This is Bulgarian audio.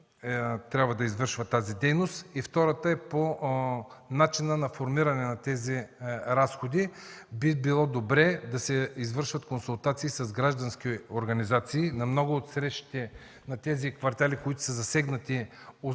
трябва да извършва тази дейност. Втората е по начина на формиране на тези разходи. Би било добре да се извършват консултации с граждански организации. На много от срещите с хората от тези квартали, които са засегнати основно